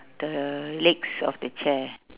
the legs of the chair